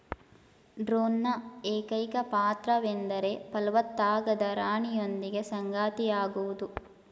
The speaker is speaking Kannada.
ಡ್ರೋನ್ನ ಏಕೈಕ ಪಾತ್ರವೆಂದರೆ ಫಲವತ್ತಾಗದ ರಾಣಿಯೊಂದಿಗೆ ಸಂಗಾತಿಯಾಗೋದು